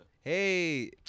Hey